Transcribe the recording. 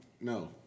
no